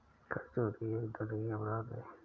कर चोरी एक दंडनीय अपराध है